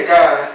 God